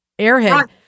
airhead